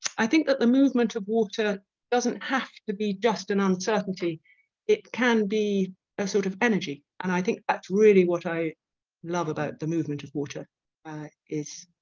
i think that the movement of water doesn't have to be just an uncertainty it can be a sort of energy and i think that's really what i love about the movement of water is